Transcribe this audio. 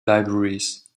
libraries